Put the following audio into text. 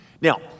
now